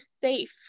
safe